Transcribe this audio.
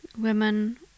women